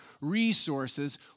resources